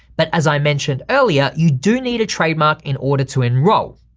but as i mentioned earlier, you do need a trademark in order to enroll.